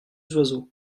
oiseaux